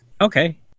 Okay